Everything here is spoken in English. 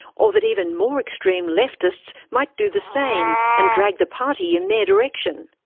or that even more extreme leftists might do the same and drag the party in their direction.